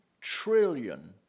trillion